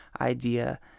idea